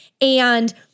And-